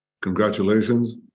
Congratulations